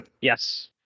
Yes